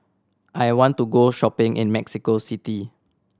I want to go shopping in Mexico City